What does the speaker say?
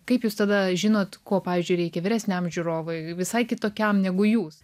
kaip jūs tada žinot ko pavyzdžiui reikia vyresniam žiūrovui visai kitokiam negu jūs